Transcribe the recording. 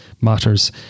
matters